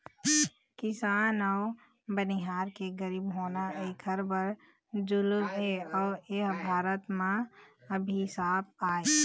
किसान अउ बनिहार के गरीब होना एखर बर जुलुम हे अउ एह भारत बर अभिसाप आय